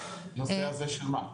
הנושא הזה של מה?